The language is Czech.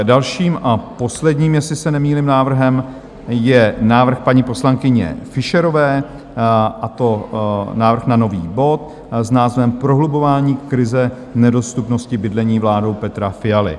Dalším a posledním, jestli se nemýlím, návrhem je návrh paní poslankyně Fischerové, a to návrh na nový bod s názvem Prohlubování krize v nedostupnosti bydlení vládou Petra Fialy.